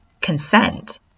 consent